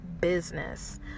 business